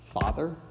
father